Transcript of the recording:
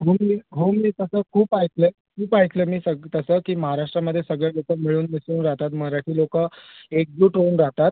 हो मी हो मी तसं खूप ऐकलं आहे खूप ऐकलं आहे मी सग तसं की महाराष्ट्रामध्ये सगळे लोक मिळून मिसळून राहतात मराठी लोक एकजूट होऊन राहतात